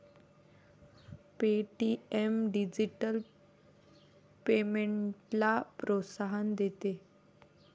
Paytm digital पेमेंट्सला प्रोत्साहन देते